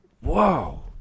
Whoa